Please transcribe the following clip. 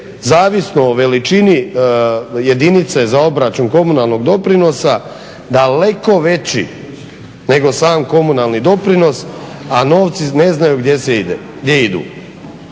zavisno o veličini jedinice za obračun komunalnog doprinosa daleko veći nego sam komunalni doprinos, a novci ne znaju gdje idu.